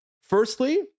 Firstly